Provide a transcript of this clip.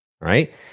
right